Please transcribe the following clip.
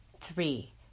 Three